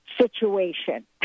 situation